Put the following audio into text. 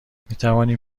میتوانیم